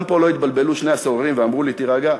גם פה לא התבלבלו שני הסוררים ואמרו לי: תירגע,